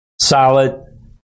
Solid